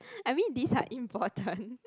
I mean these are important